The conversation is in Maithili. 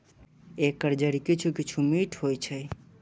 एकर जड़ि किछु किछु मीठ होइ छै